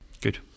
Good